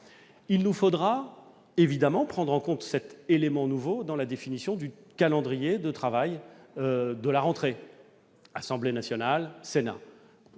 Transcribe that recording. il nous faudra évidemment prendre en compte cet élément nouveau dans la définition du calendrier de travail de la rentrée, aussi bien à